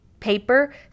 paper